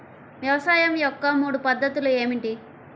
వ్యవసాయం యొక్క మూడు పద్ధతులు ఏమిటి?